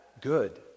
good